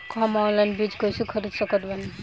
हम ऑनलाइन बीज कइसे खरीद सकत बानी?